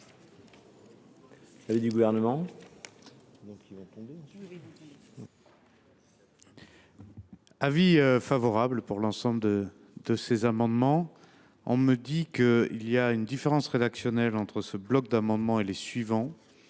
l’avis du Gouvernement ? J’émets un avis favorable sur l’ensemble de ces amendements. On me dit qu’il y a une différence rédactionnelle entre ce bloc d’amendement et les suivants…